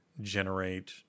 generate